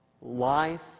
life